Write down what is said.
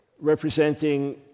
representing